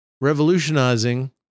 revolutionizing